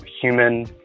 human